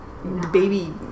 baby